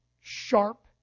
sharp